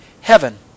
heaven